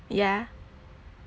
ya